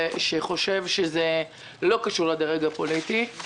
שחושב שזה לא קשור לדרג הפוליטי.